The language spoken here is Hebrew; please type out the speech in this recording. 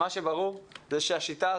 מה שברור זה שהשיטה הזאת,